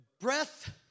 breath